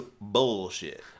bullshit